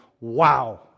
Wow